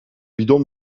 bidon